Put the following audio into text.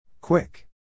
Quick